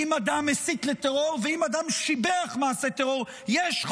אם אדם הסית לטרור ואם אדם שיבח מעשה טרור,